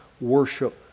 worship